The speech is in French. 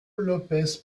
lopes